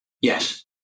Yes